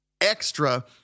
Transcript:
Extra